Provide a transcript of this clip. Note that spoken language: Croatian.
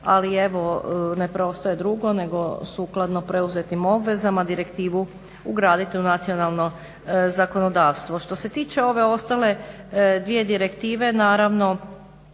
Ali evo, ne preostaje drugo nego sukladno preuzetim obvezama direktivu ugraditi u nacionalno zakonodavstvo. Što se tiče ove ostale dvije direktive, naravno